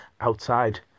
outside